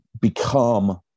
become